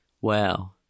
Wow